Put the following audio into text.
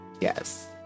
Yes